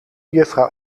juffrouw